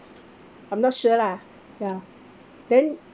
I'm not sure lah ya then